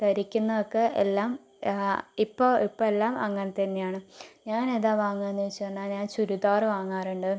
ധരിക്കുന്നതൊക്കെ എല്ലാം ഇപ്പോൾ ഇപ്പോൾ എല്ലാം അങ്ങനെ തന്നെയാണ് ഞാൻ ഏതാ വാങ്ങുക എന്ന് ചോദിച്ച് വന്നാ ഞാൻ ചുരിദാർ വാങ്ങാറുണ്ട്